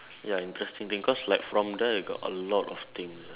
ya interesting thing cause like from there you got a lot of things ah